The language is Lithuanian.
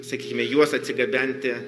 sakykime juos atsigabenti